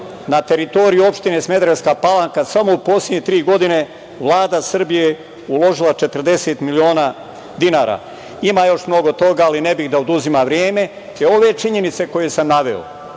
na teritoriji opštine Smederevska Palanka, samo u poslednje tri godine, Vlada Srbije je uložila 40 miliona dinara. Ima još mnogo toga, ali ne bih da oduzimam vreme. Ove činjenice koje sam naveo